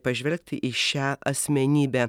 pažvelgti į šią asmenybę